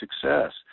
success